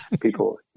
people